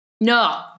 No